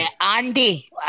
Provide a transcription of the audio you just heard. Andy